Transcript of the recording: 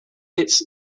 its